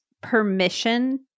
permission